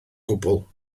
gwbl